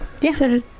Yes